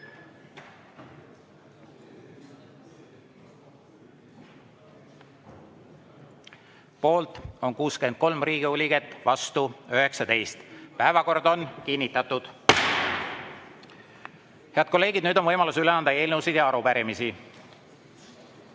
Poolt on 63 Riigikogu liiget, vastu 19. Päevakord on kinnitatud. Head kolleegid, nüüd on võimalus üle anda eelnõusid ja arupärimisi.